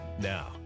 Now